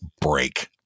break